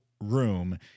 room